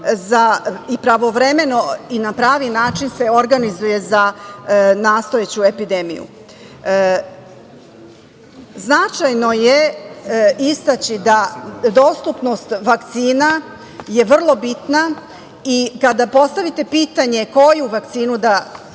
i pravovremeno i na pravi način se organizuje za nastojeću epidemiju. Značajno je istaći da je dostupnost vakcina vrlo bitna i kada postavite pitanje koju vakcinu da